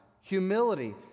humility